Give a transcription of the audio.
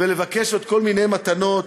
ולבקש עוד כל מיני מתנות,